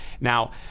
Now